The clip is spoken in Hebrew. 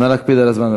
נא להקפיד על הזמן.